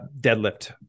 deadlift